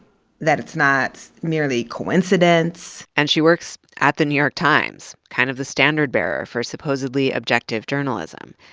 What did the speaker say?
that it's not merely coincidence. and she works at the new york times. kind of the standard bearer for supposedly objective journalism.